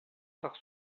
par